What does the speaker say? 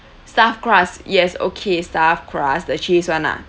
stuffed crust yes okay stuffed crust the cheese one ah